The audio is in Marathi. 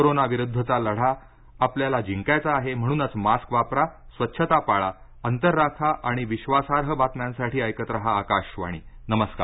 कोरोनाविरुद्धचा हा लढा आपल्याला जिंकायचा आहे म्हणूनच मास्क वापरा स्वच्छता पाळा अंतर राखा आणि विश्वासार्ह बातम्यांसाठी ऐकत रहा आकाशवाणी नमस्कार